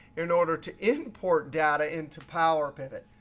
in order to import data into power pivot.